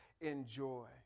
enjoy